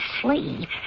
sleep